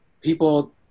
people